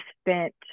spent